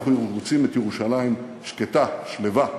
אנחנו רוצים את ירושלים שקטה, שלווה.